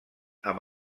amb